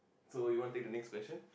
so you want take the next question